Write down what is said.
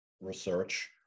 research